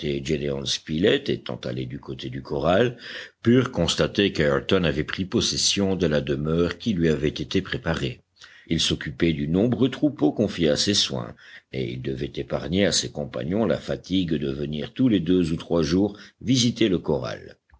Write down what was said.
gédéon spilett étant allés du côté du corral purent constater qu'ayrton avait pris possession de la demeure qui lui avait été préparée il s'occupait du nombreux troupeau confié à ses soins et il devait épargner à ses compagnons la fatigue de venir tous les deux ou trois jours visiter le corral